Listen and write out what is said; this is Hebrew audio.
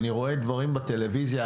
אני רואה דברים בטלוויזיה,